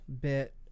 bit